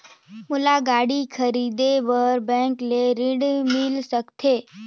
मोला गाड़ी खरीदे बार बैंक ले ऋण मिल सकथे?